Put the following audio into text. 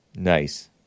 Nice